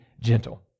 gentle